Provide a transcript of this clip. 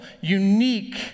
unique